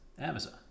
Amazon